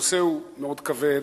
הנושא מאוד כבד,